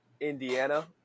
Indiana